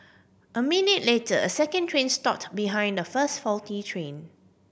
a minute later a second train stopped behind the first faulty train